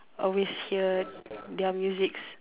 always hear their musics